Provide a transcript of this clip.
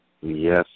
Yes